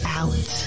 out